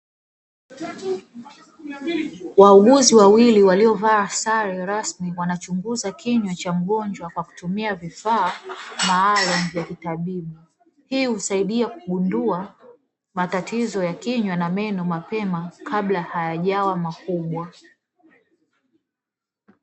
Wauguzi wawili waliovaa sare rasmi wanachunguza kinywa cha mgonjwa kwa kutumia vifaa maalumu vya kitabibu. Hii husaidia kugundua matatizo ya kinywa na meno mapema kabla hayajawa makubwa.